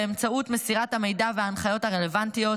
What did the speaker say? באמצעות מסירת המידע וההנחיות הרלוונטיות,